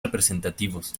representativos